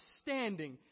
standing